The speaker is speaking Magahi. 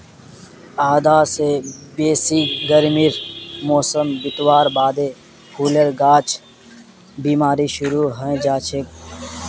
आधा स बेसी गर्मीर मौसम बितवार बादे फूलेर गाछत बिमारी शुरू हैं जाछेक